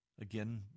Again